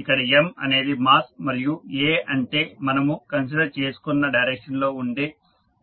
ఇక్కడ M అనేది mass మరియు a అంటే మనము కన్సిడర్ చేసుకున్న డైరెక్షన్ లో ఉండే